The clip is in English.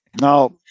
now